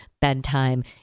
bedtime